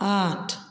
आठ